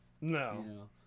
no